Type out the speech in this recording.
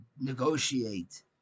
negotiate